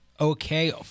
okay